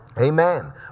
Amen